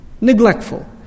Neglectful